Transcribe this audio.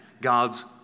God's